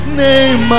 name